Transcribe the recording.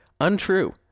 Untrue